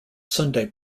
sunday